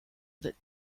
that